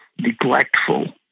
neglectful